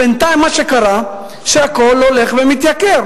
בינתיים מה שקרה זה שהכול הולך ומתייקר.